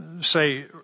say